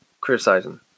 criticizing